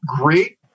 great